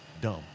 dumb